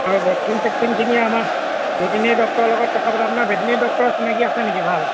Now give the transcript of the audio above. আৰু ভকচিন চেকচিনখিনি আমাৰ ভেটনেৰি ডক্তটৰ লগত কথা পতা আপোনাৰ ভেটেনেৰি ডক্তৰ চিনাকি আছে নেকি ভাল